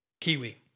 Kiwi